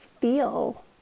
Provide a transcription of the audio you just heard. feel